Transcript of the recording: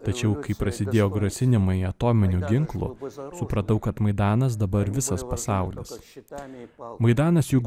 tačiau kai prasidėjo grasinimai atominiu ginklu supratau kad maidanas dabar visas pasaulis šitą maidanas juk